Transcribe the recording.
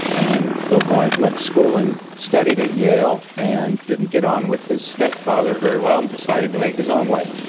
and bill boeing went to school and studied at yale and didn't get on with his stepfather very well and decided to make his own way.